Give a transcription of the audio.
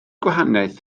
gwahaniaeth